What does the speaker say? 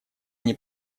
они